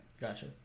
Gotcha